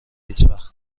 هیچوقت